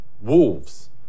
wolves